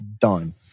Done